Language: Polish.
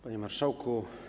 Panie Marszałku!